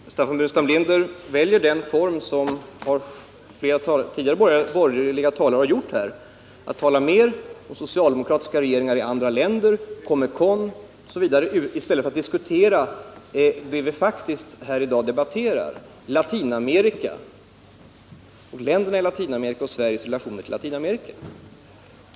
Herr talman! Staffan Burenstam Linder följer den uppläggning som flera tidigare borgerliga talare har använt, nämligen att mer uppehålla sig vid socialdemokratiska regeringar i andra länder, Comecon osv. än att gå in på det som vi faktiskt i dag debatterar, nämligen länderna i Latinamerika och Sveriges relationer till detta område.